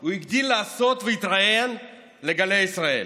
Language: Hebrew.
הוא הגדיל לעשות והתראיין לגלי ישראל.